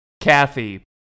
Kathy